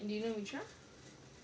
do you know mitra